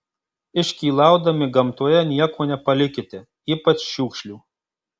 iškylaudami gamtoje nieko nepalikite ypač šiukšlių